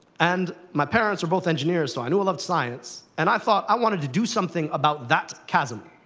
and my parents are both engineers, so i knew i loved science. and i thought, i wanted to do something about that chasm,